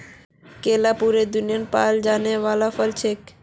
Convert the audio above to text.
केला पूरा दुन्यात पाल जाने वाला फल छिके